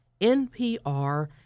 NPR